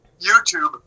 YouTube